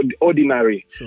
ordinary